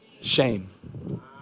shame